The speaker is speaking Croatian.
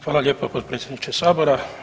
Hvala lijepa potpredsjedniče sabora.